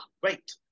great